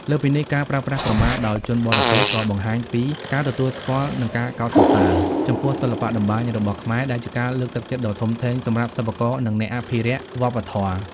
លើសពីនេះ ការប្រើប្រាស់ក្រមាដោយជនបរទេស ក៏បង្ហាញពី ការទទួលស្គាល់ និងការកោតសរសើរ ចំពោះសិល្បៈតម្បាញរបស់ខ្មែរ ដែលជាការលើកទឹកចិត្តដ៏ធំធេងសម្រាប់សិប្បករ និងអ្នកអភិរក្សវប្បធម៌។